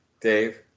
Dave